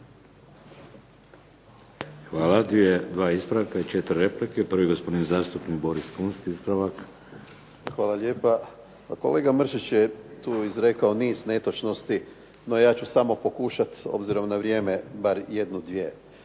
Hvala. Dva ispravka i 4 replike. Prvi gospodin zastupnik Boris Kunst, ispravak. **Kunst, Boris (HDZ)** Hvala lijepa. Kolega Mršić je tu izrekao niz netočnosti no ja ću samo pokušat, obzirom na vrijeme, bar jednu, dvije.